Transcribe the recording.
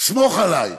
"סמוך עלי"?